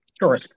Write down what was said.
Sure